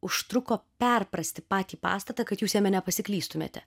užtruko perprasti patį pastatą kad jūs jame nepasiklystumėte